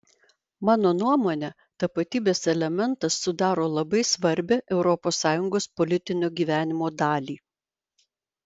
mano nuomone tapatybės elementas sudaro labai svarbią europos sąjungos politinio gyvenimo dalį